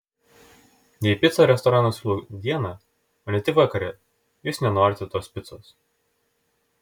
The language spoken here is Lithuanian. jei picą restoranas siūlo dieną o ne tik vakare jūs nenorite tos picos